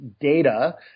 data